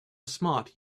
smart